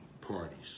parties